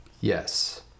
Yes